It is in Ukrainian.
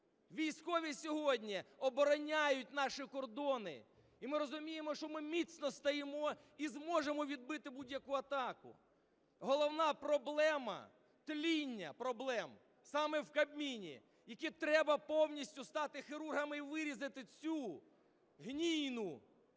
Військові сьогодні обороняють наші кордони. І ми розуміємо, що ми міцно стоїмо і зможемо відбити будь-яку атаку. Головна проблема – тління проблем саме в Кабміні, які… Треба повністю стати хірургами і вирізати цю гнійну пляму,